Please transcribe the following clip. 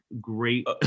Great